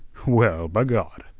well, b'gawd!